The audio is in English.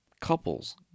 couples